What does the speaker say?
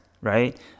right